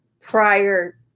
prior